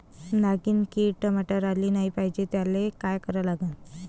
नागिन किड टमाट्यावर आली नाही पाहिजे त्याले काय करा लागन?